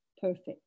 perfect